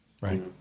right